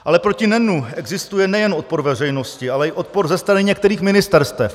Ale proti NEN existuje nejen odpor veřejnosti, ale i odpor ze strany některých ministerstev.